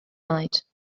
night